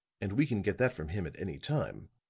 and we can get that from him at any time.